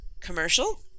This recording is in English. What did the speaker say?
commercial